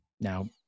Now